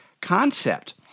concept